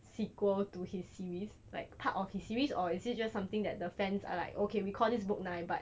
sequel to his series like part of his series or is it just something that the fans are like okay we call this book nine but